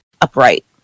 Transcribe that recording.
upright